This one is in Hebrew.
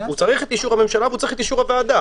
הוא צריך את אישור הממשלה והוא צריך את אישור הוועדה,